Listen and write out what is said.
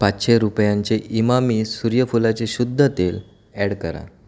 पाचशे रुपयांचे इमामी सूर्यफुलाचे शुद्ध तेल ॲड करा